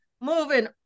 moving